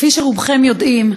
כפי שרובכם יודעים,